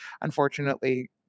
unfortunately